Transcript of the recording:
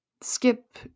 skip